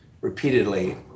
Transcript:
repeatedly